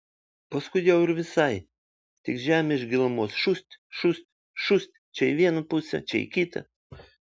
paskui jau ir visai tik žemė iš gilumos šūst šūst šūst čia į vieną pusę čia į kitą